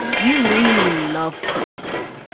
you really love prince.